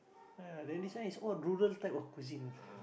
ah then this one is all rural type of cuisine